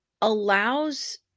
allows